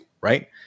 right